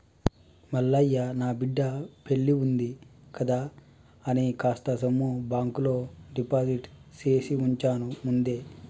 మల్లయ్య నా బిడ్డ పెల్లివుంది కదా అని కాస్త సొమ్ము బాంకులో డిపాజిట్ చేసివుంచాను ముందే